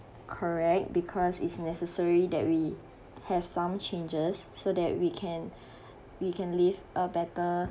correct because it's necessary that we have some changes so that we can we can live a better